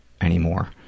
anymore